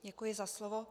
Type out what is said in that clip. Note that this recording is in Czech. Děkuji za slovo.